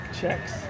checks